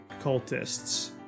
cultists